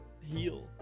heal